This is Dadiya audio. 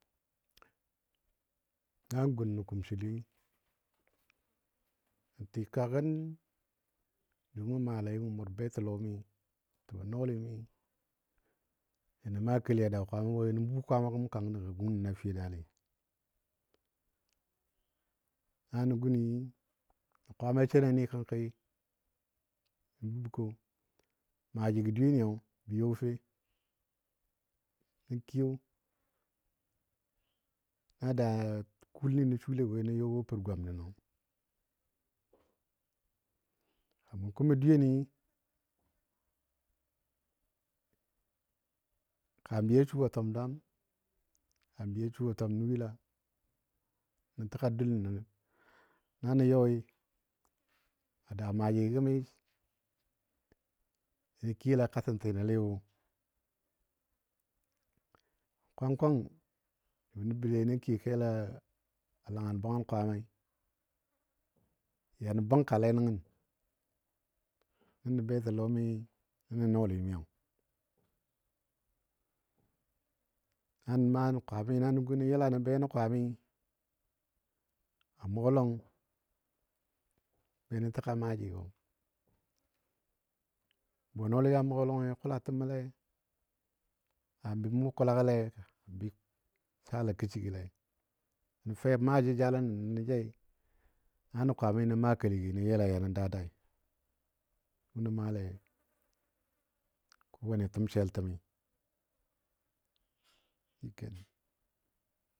Na gun nə kumsili, n tikəgagən jʊ mə maalei mʊr betəlɔmi təbo nɔɔlimi sənə maa keli. a daa Kwaama woi nən buu Kwaama gəm kang da ga gung nən a fiyodəli. A nə guni nə kwama shenani kənki, bə bəbkɔ maajigɔ dwiyeni bə you fe? Nə kiyo a daa kul ni nə sule woi nə yɔ wo pər gwam nənɔ kaman kumo dwiyeni, kambi a su a twam dwaam, kambi a su a. twam nuyila, nə təga dul nənɔ, na yɔi a daa maajigɔ gəmi nə kiyola katintinɔle wo kwang kwang jʊ nə bəlei nə kiyo kel a langən bwangən Kwaamai, ya nə bənkale nəngən, nənɔ betilɔmi nənɔ nɔɔlimiyo. Na nə maa nə kwami nanə gun nə yəla nə be nə kwami a mʊgɔ lɔng, be nə təga maajigɔ. Bwenɔɔligɔ a mʊgɔ lɔngi kula təmole, kambi mʊ kəlagəle, bi sala kəshigɔle nə fe maa jəjalən nə jai na nə kwami nə maa keligi nə yəla ya nə dadai. Jʊ nən maale kowanne təm seltəm.